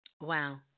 Wow